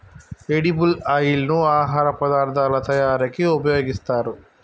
edible oil ను ఆహార పదార్ధాల తయారీకి ఉపయోగిస్తారు